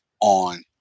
on